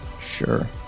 Sure